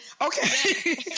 Okay